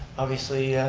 obviously,